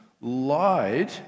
lied